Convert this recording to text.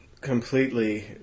completely